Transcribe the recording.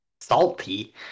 Salty